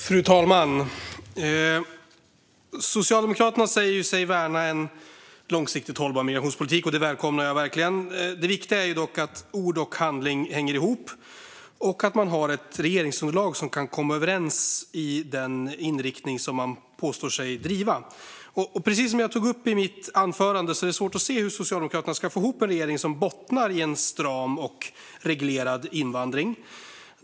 Fru talman! Socialdemokraterna säger sig värna en långsiktigt hållbar migrationspolitik, och det välkomnar jag verkligen. Det viktiga är dock att ord och handling hänger ihop och att man har ett regeringsunderlag som kan komma överens om den inriktning man påstår sig driva. Som jag tog upp i mitt anförande är det svårt att se hur Socialdemokraterna ska få ihop en regering som bottnar i en stram och reglerad invandring.